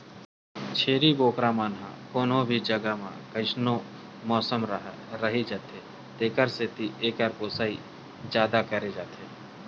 छेरी बोकरा मन ह कोनो भी जघा म कइसनो मउसम राहय रहि जाथे तेखर सेती एकर पोसई जादा करे जाथे